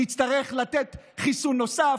נצטרך לתת חיסון נוסף.